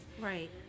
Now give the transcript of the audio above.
Right